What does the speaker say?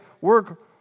work